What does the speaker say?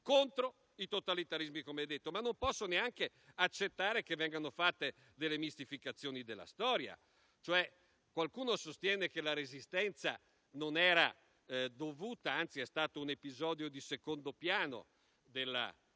contro i totalitarismi, come detto, ma non posso neanche accettare che vengano fatte mistificazioni della storia. Qualcuno sostiene che la Resistenza non era dovuta; anzi, è stato un episodio di secondo piano del